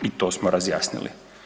I to smo razjasnili.